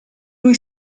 lui